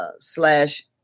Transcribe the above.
slash